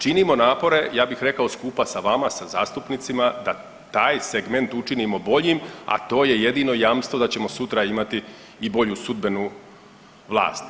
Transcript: Činimo napore, ja bih rekao skupa sa vama, sa zastupnicima ta taj segment učinimo boljim, a to je jedino jamstvo da ćemo sutra imati i bolju sudbenu vlast.